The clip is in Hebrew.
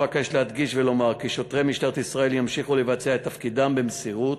אבקש להדגיש ולומר כי שוטרי משטרת ישראל ימשיכו לבצע את תפקידם במסירות,